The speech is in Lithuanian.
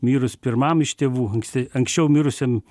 mirus pirmam iš tėvų anksti anksčiau mirusiam